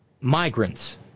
migrants